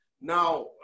Now